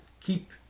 keep